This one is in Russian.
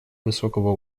высокого